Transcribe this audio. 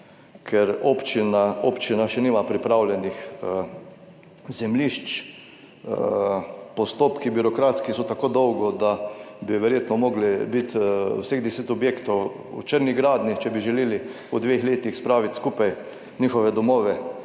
občina še nima pripravljenih zemljišč, postopki birokratski so tako dolgo, da bi verjetno morali biti vseh deset objektov v črni gradnji, če bi želeli v dveh letih spraviti skupaj njihove domove.